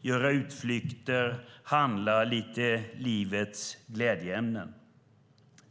göra utflykter och handla lite av livets glädjeämnen.